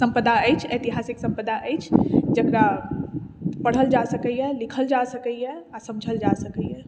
सम्पदा अछि ऐतिहासिक सम्पदा अछि जेकरा पढ़ल जा सकैया लिखल जा सकैया आ समझल जा सकैया